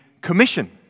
commission